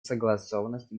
согласованности